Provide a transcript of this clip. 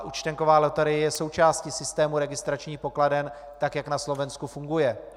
Účtenková loterie je součástí systému registračních pokladen, tak jak na Slovensku funguje.